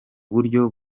buryo